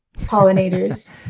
pollinators